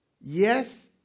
Yes